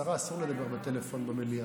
השרה, אסור לדבר בטלפון במליאה.